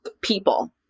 people